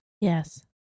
Yes